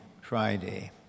Friday